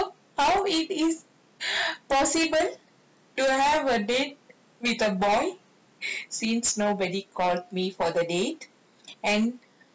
so how it is possible to have a date with the boy since nobody call me for the date and